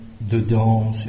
dedans